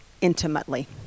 intimately